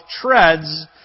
treads